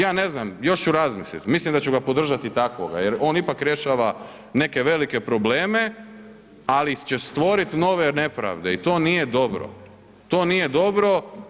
Ja ne znam, još ću razmisliti, mislim da ću ga podržati takvoga jer on ipak rješava neke velike probleme, ali će stvoriti nove nepravde i to nije dobro, to nije dobro.